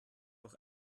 auch